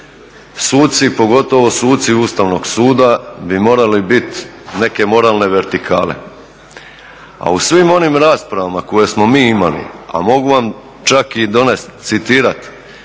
suci pogotovo suci Ustavnog suda bi morali biti neke moralne vertikale. A u svom onim raspravama koje smo mi imali, a mogu vam čak i donest citirati,